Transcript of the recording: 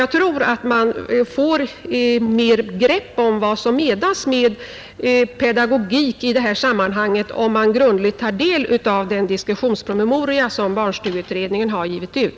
Jag tror att man får ett bättre grepp om vad som menas med pedagogik i det här sammanhanget, om man grundligt tar del av den promemoria som barnstugeutredningen givit ut.